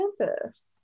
Campus